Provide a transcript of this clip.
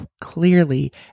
clearly